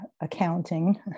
accounting